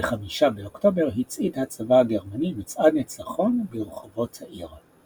ב-5 באוקטובר הצעיד הצבא הגרמני מצעד ניצחון ברחובות העיר.